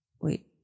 Wait